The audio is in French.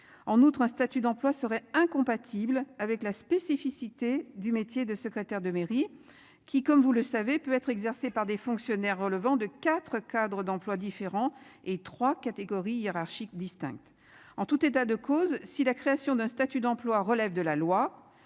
En outre, un statut d'emploi serait incompatible avec la spécificité du métier de secrétaire de mairie qui comme vous le savez peut être exercée par des fonctionnaires relevant de 4 Cadre d'emplois différents et trois catégories hiérarchiques distinctes. En tout état de cause, si la création d'un statut d'emploi relève de la loi,